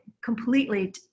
completely